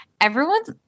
everyone's